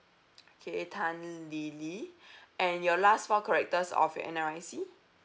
okay tan lee lee and your last four characters of your N_R_I_C